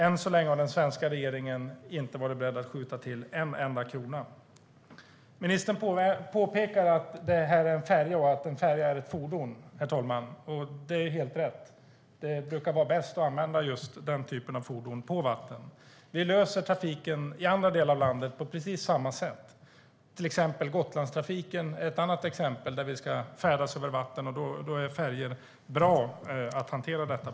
Än så länge har den svenska regeringen inte varit beredd att skjuta till en enda krona. Ministern påpekar att det här är en färja och att en färja är ett fordon, herr talman. Det är helt rätt. Det brukar vara bäst att använda just den typen av fordon på vatten. Vi löser trafiken i andra delar av landet på precis samma sätt. Gotlandstrafiken är ett annat exempel där vi ska färdas över vatten, och då är färjor bra för att hantera detta.